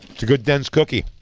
it's a good dense cookie.